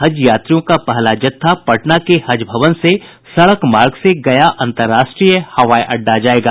हज यात्रियों का पहला जत्था पटना के हज भवन से सड़क मार्ग से गया अंतर्राष्ट्रीय हवाई अड्डा जायेगा